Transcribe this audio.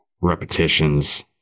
repetitions